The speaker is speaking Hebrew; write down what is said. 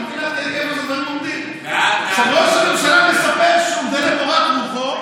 איפה הדברים עומדים: כשראש הממשלה מספר שזה למורת רוחו,